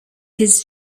his